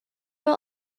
will